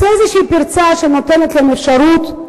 זו איזושהי פרצה שנותנת להם אפשרות,